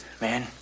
Man